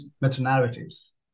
meta-narratives